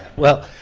well,